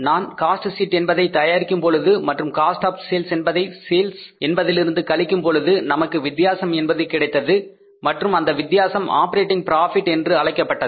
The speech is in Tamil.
நான் காஸ்ட் ஷீட் என்பதை தயாரிக்கும் பொழுது மற்றும் காஸ்ட் ஆப் செல்ஸ் என்பதை சேல்ஸ் என்பதிலிருந்து கழிக்கும் பொழுது நமக்கு வித்தியாசம் என்பது கிடைத்தது மற்றும் அந்த வித்தியாசம் ஆப்பரேட்டிங் ப்ராபிட் என்று அழைக்கப்பட்டது